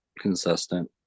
consistent